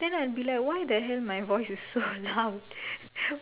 then I'll be like why the hell my voice is so loud